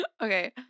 Okay